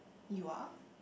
you are